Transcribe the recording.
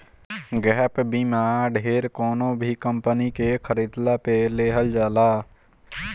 gap बीमा ढेर कवनो भी कंपनी के खरीदला पअ लेहल जाला